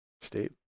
State